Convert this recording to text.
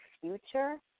future